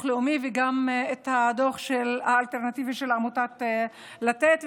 הלאומי וגם דוח האלטרנטיבה של עמותת לתת,